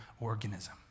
organism